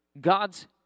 God's